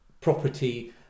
property